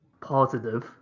positive